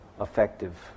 effective